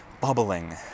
bubbling